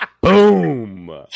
Boom